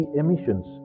emissions